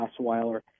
Osweiler